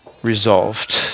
resolved